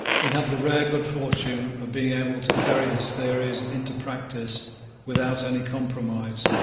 he had the rare good fortune of being able to carry his theories into practice without any compromise,